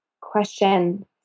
question